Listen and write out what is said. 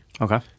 okay